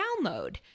download